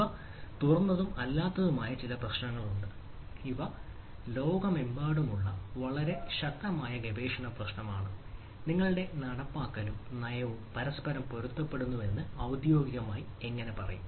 ഇവ തുറന്നതും അല്ലാത്തതുമായ ചില പ്രശ്നങ്ങളുണ്ട് ഇവ ലോകമെമ്പാടുമുള്ള വളരെ ശക്തമായ ഗവേഷണ പ്രശ്നമാണ് നിങ്ങളുടെ നടപ്പാക്കലും നയവും പരസ്പരം പൊരുത്തപ്പെടുന്നുവെന്ന് ഔദ്യോഗികമായി എങ്ങനെ പറയും